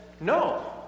No